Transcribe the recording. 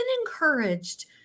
encouraged